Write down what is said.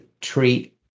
treat